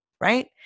Right